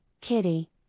kitty